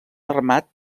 armat